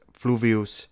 fluvius